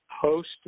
host